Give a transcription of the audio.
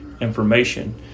information